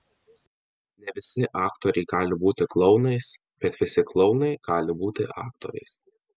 ne visi aktoriai gali būti klounais bet visi klounai gali būti aktoriais